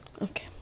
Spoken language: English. Okay